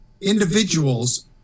individuals